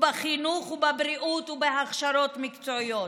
בחינוך ובבריאות ובהכשרות מקצועיות.